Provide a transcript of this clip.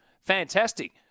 Fantastic